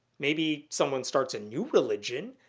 maybe someone starts a new religion,